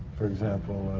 for example.